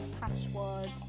password